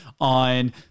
on